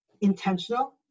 intentional